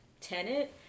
tenant